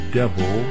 devil